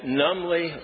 numbly